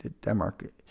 denmark